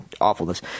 awfulness